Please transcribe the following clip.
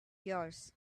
yours